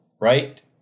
right